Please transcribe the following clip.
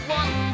one